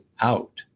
out